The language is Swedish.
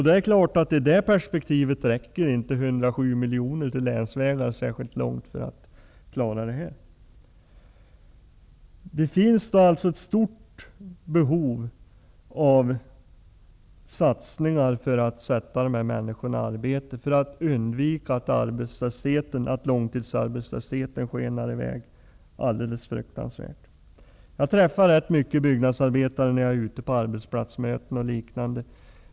Det är klart att 107 miljoner till länsvägar inte räcker särskilt långt i det perspektivet. Det finns alltså ett stort behov av satsningar för att sätta människor i arbete och för att undvika att långtidsarbetslösheten skenar i väg och blir fruktansvärt hög. Jag träffar många byggnadsarbetare när jag är ute på arbetsplatsmöten och liknande.